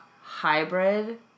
hybrid